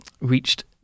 reached